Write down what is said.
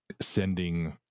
sending